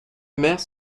mère